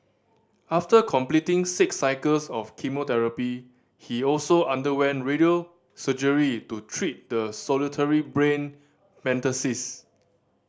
after completing six cycles of chemotherapy he also underwent radio surgery to treat the solitary brain metastasis